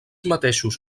mateixos